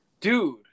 Dude